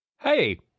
Hey